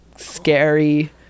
scary